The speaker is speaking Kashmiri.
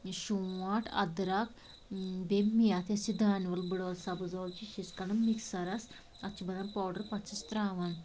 ٲں شونٛٹھ أدرکھ بیٚیہِ میٚتھ یۄس یہ دانہِ وَل بٕڑ ٲلہٕ سبٕز ٲلہٕ چھِ یہِ چھِ أسۍ کڑان مِکسَرَس اتھ چھِ بنان پوڈر پتہٕ چھِس ترٛاوان